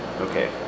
Okay